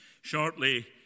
Shortly